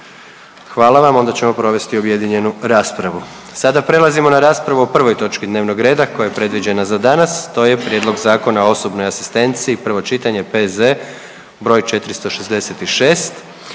Hvala vam. Onda ćemo provesti objedinjenu raspravu. Sada prelazimo na raspravu o prvoj točki dnevnog reda koja je predviđena za danas. To je: - Prijedlog Zakona o osobnoj asistenciji, prvo čitanje, P.Z. br. 466;